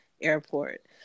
airport